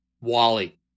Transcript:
Wally